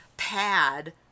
Pad